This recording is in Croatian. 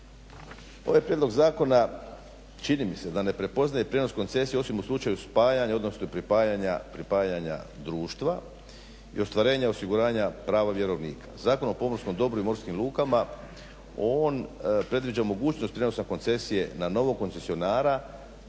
Ovaj prijedlog zakona čini mi se da ne prepoznaje prijenos koncesija osim u slučaju spajanja, odnosno pripajanja društva i ostvarenja osiguranja prava vjerovnika. Zakon o pomorskom dobru i morskim lukama, on predviđa mogućnost prijenosa koncesije na novog koncesionara